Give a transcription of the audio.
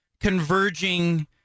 converging